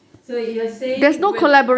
so you are saying when